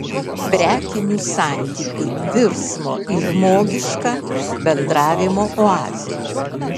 prekinių santykių virsmo į žmogišką bendravimą oazė